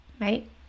right